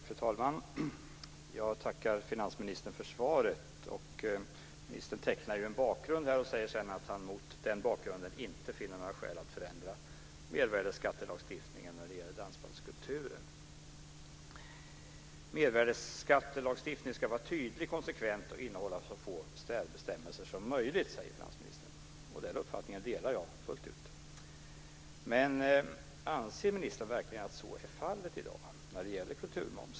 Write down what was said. Fru talman! Jag tackar finansministern för svaret. Ministern tecknar en bakgrund här, och säger sedan att han mot den bakgrunden inte finner några skäl att förändra mervärdesskattelagstiftningen när det gäller dansbandskulturen. Mervärdesskattelagstiftningen ska vara tydlig, konsekvent och innehålla så få särbestämmelser som möjligt, säger finansministern. Den uppfattningen delar jag fullt ut. Men anser ministern verkligen att så är fallet i dag när det gäller kulturmomsen?